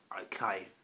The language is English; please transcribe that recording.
Okay